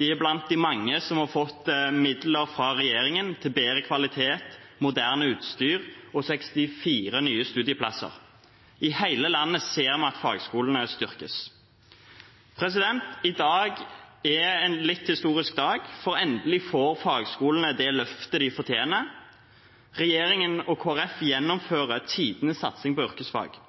Den er blant de mange som har fått midler fra regjeringen til bedre kvalitet, moderne utstyr og 64 nye studieplasser. I hele landet ser vi at fagskolene styrkes. I dag er en litt historisk dag, for endelig får fagskolene det løftet de fortjener. Regjeringen og Kristelig Folkeparti gjennomfører tidenes satsing på yrkesfag.